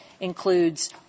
includes